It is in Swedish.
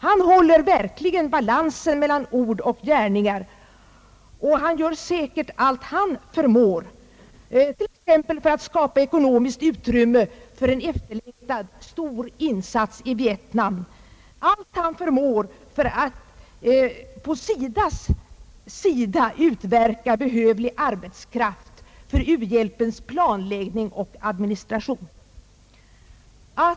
Han håller verkligen balansen mellan ord och gärningar, och han gör säkert allt han förmår, t.ex. för att skapa ekonomiskt utrymme för en efterlängtad stor insats i Vietnam, allt han förmår för att på SIDA:s sida utverka behövlig arbetskraft för u-hjälpens planläggning och administration etc.